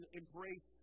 embrace